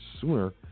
sooner